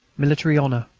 military honour!